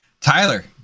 Tyler